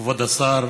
כבוד השר.